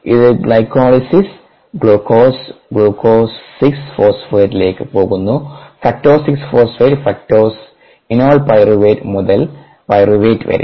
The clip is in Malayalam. ഇത് ഗ്ലൈക്കോളിസിസ് ഗ്ലൂക്കോസ് ഗ്ലൂക്കോസ് ഗ്ലൂക്കോസ് 6 ഫോസ്ഫേറ്റിലേക്ക് പോകുന്നു ഫ്രക്ടോസ് 6 ഫോസ്ഫേറ്റ് ഫോസ്ഫോഈനോൾ പൈറുവേറ്റ് മുതൽ പൈറുവേറ്റ് വരെ